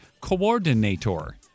coordinator